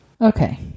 Okay